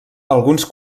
alguns